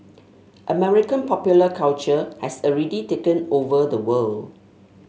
American popular culture has already taken over the world